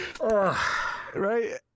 Right